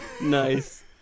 Nice